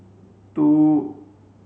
two